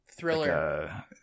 thriller